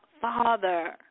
Father